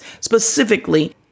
specifically